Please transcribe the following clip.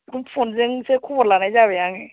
बेखौ फनजोंसो खबर लानाय जाबाय आङो